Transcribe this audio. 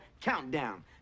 countdown